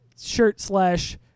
shirt-slash